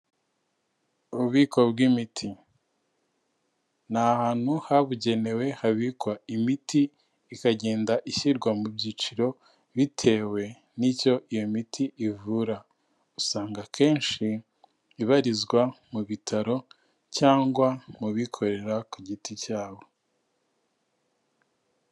Ububiko bw'imiti, ni ahantu habugenewe habikwa imiti ikagenda ishyirwa mu byiciro bitewe n'icyo iyo miti ivura, usanga akenshi ibarizwa mu bitaro cyangwa mu bikorera ku giti cyabo.